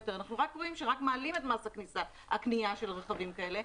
יותר אנחנו רק רואים שמעלים את מס הקנייה של רכבים כאלה.